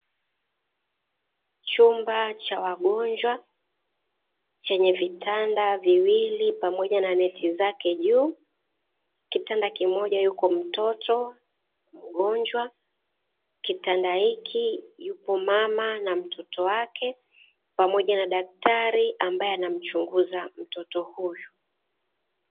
Chumba cha wagonjwa, chenye vitanda viwili pamoja na neti zake juu, kitanda kimoja yupo mtoto mgonjwa, kitanda hiki yupo mama na mtoto wake, pamoja na daktari ambaye anamchunguza mtoto huyu.